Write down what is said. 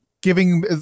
giving